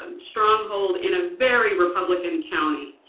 um strong hold in a very republican county.